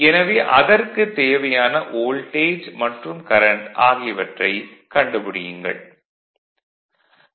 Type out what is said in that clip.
எனவே அதற்குத் தேவையான வோல்டேஜ் மற்றும் கரண்ட் ஆகியவற்றை கண்டுபிடியுங்கள்